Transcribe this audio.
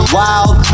wild